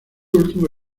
último